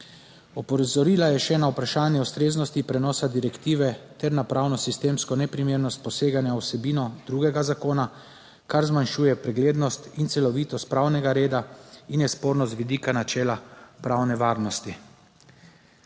Opozorila je še na vprašanje ustreznosti prenosa direktive ter na pravno sistemsko neprimernost poseganja v vsebino drugega zakona, kar zmanjšuje preglednost in celovitost pravnega reda in je sporno z vidika načela pravne varnosti.